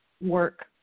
work